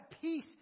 peace